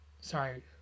sorry